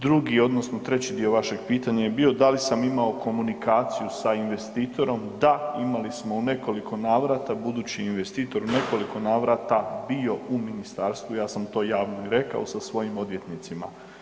Drugi odnosno treći dio vašeg pitanja je bio da li sam imao komunikaciju sa investitorom, da imali smo u nekoliko navrata, budući investitor u nekoliko navrata bio u ministarstvu ja sam to javno i rekao sa svojim odvjetnicima.